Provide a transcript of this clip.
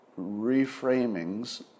reframings